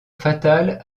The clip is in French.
fatale